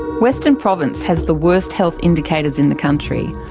western province has the worst health indicators in the country.